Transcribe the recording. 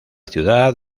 ciudad